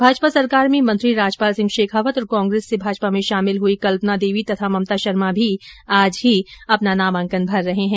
भाजपा सरकार में मंत्री राजपाल सिंह शेखावत और कांग्रेस से भाजपा में शामिल हुई कल्पना देवी तथा ममता शर्मा भी आज ही नामांकन भर रहे है